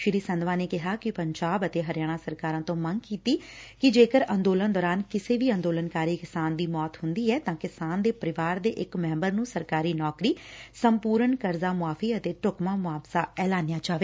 ਸ੍ਰੀ ਸੰਧਵਾ ਨੇ ਕਿਹਾ ਕਿ ਪੰਜਾਬ ਅਤੇ ਹਰਿਆਣਾ ਸਰਕਾਰਾਂ ਤੋਂ ਮੰਗ ਕੀਤੀ ਕਿ ਜੇਕਰ ਅੰਦੋਲਨ ਦੌਰਾਨ ਕਿਸੇ ਵੀ ਅੰਦੋਲਨਕਾਰੀ ਕਿਸਾਨ ਦੀ ਮੌਤ ਹੁੰਦੀ ਐ ਤਾ ਕਿਸਾਨ ਦੇ ਪਰਿਵਾਰ ਦੇ ਇਕ ਮੈਬਰ ਨੰ ਸਰਕਾਰੀ ਨੌਕਰੀ ਸੰਪੁਰਨ ਕਰਜ਼ਾ ਮੁਆਫ਼ੀ ਅਤੇ ਢੁਕਵਾਂ ਮੁਆਵਜ਼ਾ ਐਲਾਇਆ ਜਾਵੇ